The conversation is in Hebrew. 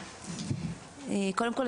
קודם כל,